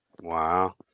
Wow